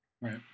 Right